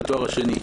בתואר השני?